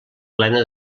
plena